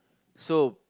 so